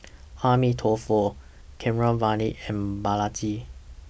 Amitabh Keeravani and Balaji